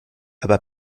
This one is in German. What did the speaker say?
aber